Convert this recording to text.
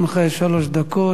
גם לך יש שלוש דקות.